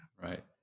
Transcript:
Right